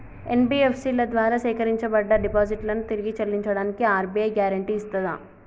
NBFC ల ద్వారా సేకరించబడ్డ డిపాజిట్లను తిరిగి చెల్లించడానికి ఆర్.బి.ఐ గ్యారెంటీ ఇస్తదా?